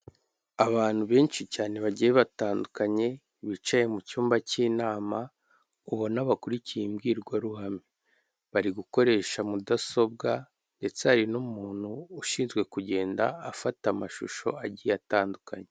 Abantu benshi cyane bagiye batandukanye, bicaye mu cyumba cy'inama, ubona bakurikiye imbwirwaruhame. Bari gukoresha mudasobwa ndetse hari n'umuntu ushinzwe kugenda afata amashusho agiye atandukanye.